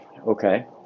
Okay